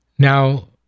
Now